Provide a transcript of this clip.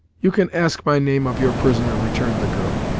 you can ask my name of your prisoner, returned the girl.